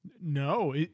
No